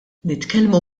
nitkellmu